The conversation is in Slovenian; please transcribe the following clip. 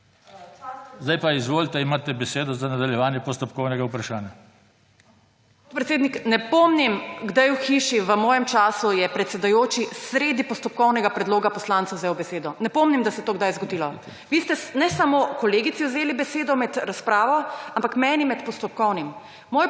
amandma. Izvolite, imate besedo za nadaljevanje postopkovnega vprašanja. **MAŠA KOCIPER (PS SAB):** Gospod predsednik, ne pomnim kdaj v hiši v mojem času je predsedujoči sredi postopkovnega predloga poslancu vzel besedo, ne pomnim, da se je to kdaj zgodilo. Vi ste ne samo kolegici vzeli besedo med razpravo, ampak meni med postopkovnim.